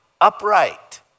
upright